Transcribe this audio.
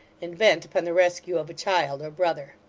and bent upon the rescue of a child or brother.